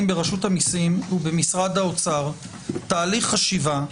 ברשות המסים ובמשרד האוצר תהליך חשיבה.